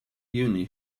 uni